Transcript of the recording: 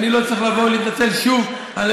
ואני לא צריך לבוא ולהתנצל שוב על